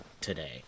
today